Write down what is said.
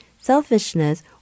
selfishness